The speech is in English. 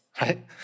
right